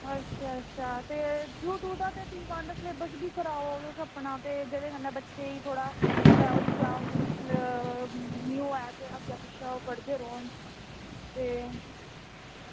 ते यूकेजी दा ते सलेब्स बी पाओ किश अपना ते जेह्दे कन्नै बच्चें गी बी थोह्ड़ा अपना ओह् मुश्कल निं होऐ ते अग्गें पिच्छें ओह् पढ़दे रौह्न ते